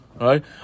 right